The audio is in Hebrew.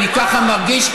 ככה אני מרגיש,